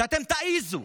שאתם תעזו,